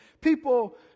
people